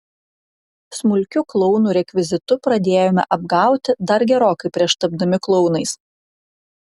smulkiu klounų rekvizitu pradėjome apgauti dar gerokai prieš tapdami klounais